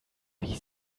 wie